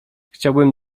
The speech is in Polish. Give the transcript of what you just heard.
chciałbym